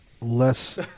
less